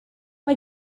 mae